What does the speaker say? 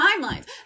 timelines